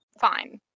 Fine